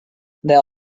there